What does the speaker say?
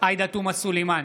עאידה תומא סלימאן,